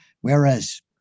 Whereas